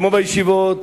כמו בישיבות,